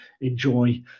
enjoy